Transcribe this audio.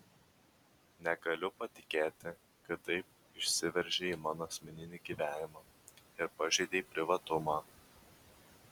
negaliu patikėti kad taip įsiveržei į mano asmeninį gyvenimą ir pažeidei privatumą